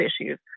issues